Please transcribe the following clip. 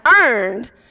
earned